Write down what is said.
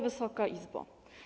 Wysoka Izbo!